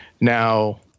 Now